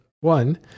one